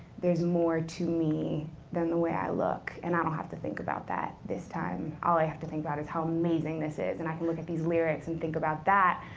there is more to me than the way i look, and i don't have to think about that this time. all i have to think about is how amazing this is, and i can look at these lyrics and think about that,